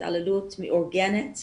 בהתעללות מאורגנת,